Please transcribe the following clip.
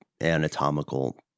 anatomical